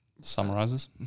summarizes